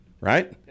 Right